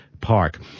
Park